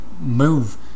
move